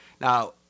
Now